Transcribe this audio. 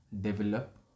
Develop